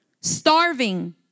Starving